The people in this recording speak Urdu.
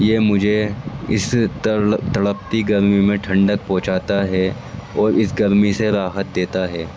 یہ مجھے اس تڑپتی گرمی میں ٹھنڈک پہنچاتا ہے اور اس گرمی سے راحت دیتا ہے